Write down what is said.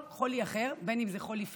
זה כמו כל חולי אחר, אם זה חולי פיזי,